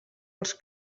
els